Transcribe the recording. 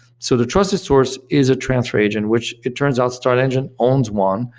so the trusted source is a transfer agent, which it turns out startengine owns one,